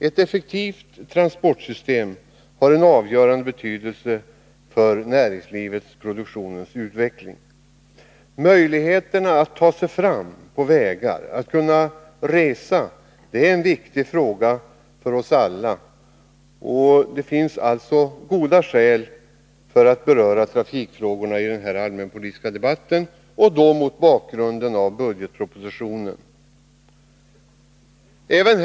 Ett effektivt transportsystem har en avgörande betydelse för näringslivets och produktionens utveckling. Möjligheterna att ta sig fram på vägar — att kunna resa — är viktiga för oss alla. Det finns alltså goda skäl att beröra trafikfrågorna i den här allmänpolitiska debatten, och då mot bakgrund av budgetpropositionen.